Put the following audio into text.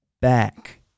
back